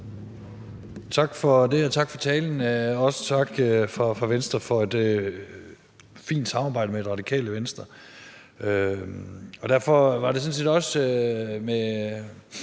Tak for det, og tak for talen. Også tak fra Venstre for et fint samarbejde med Det Radikale Venstre. Derfor var det sådan set også med